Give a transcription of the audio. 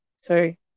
sorry